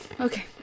okay